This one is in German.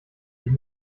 dich